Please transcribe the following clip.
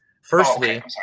Firstly